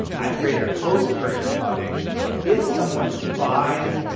i created a post purchase automation. so if someone buys,